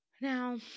Now